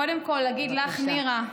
קודם כול נגיד לך, נירה,